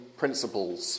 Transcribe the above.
principles